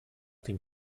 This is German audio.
dem